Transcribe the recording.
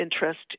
interest